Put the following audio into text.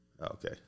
Okay